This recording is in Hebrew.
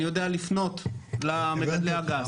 אני יודע לפנות לאגס.